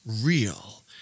real